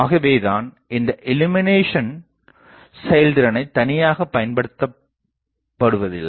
ஆகவேதான் இந்த இல்லுமினேஷன் செயல்திறனை தனியாகப் பயன்படுத்தப்படுவதில்லை